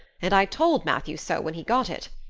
and i told matthew so when he got it.